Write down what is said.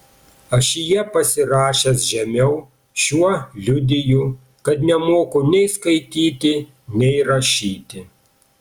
ašyje pasirašęs žemiau šiuo liudiju kad nemoku nei skaityti nei rašyti